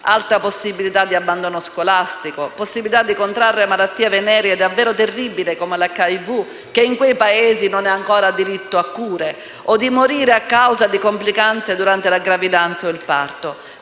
alta possibilità di abbandono scolastico, possibilità di contrarre malattie veneree davvero terribili, come l'HIV, che in quei Paesi non vede ancora riconosciuto il diritto alle cure, o di morire a causa di complicazioni durante la gravidanza o il parto.